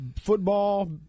Football